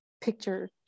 picture